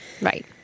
right